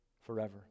forever